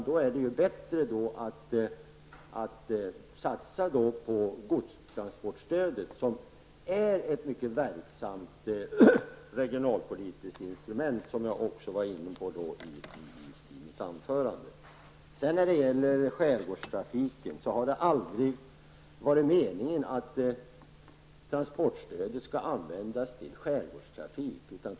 Då är det bättre att satsa på godstransportstödet, som är ett mycket verksamt regionalpolitiskt instrument, vilket jag också var inne på i mitt tidigare anförande. Det har aldrig varit meningen att transportstödet skulle användas till skärgårdstrafiken.